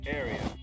area